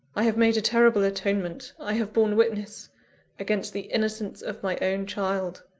i have made a terrible atonement i have borne witness against the innocence of my own child.